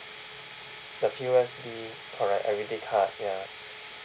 the P_O_S_B correct everyday card ya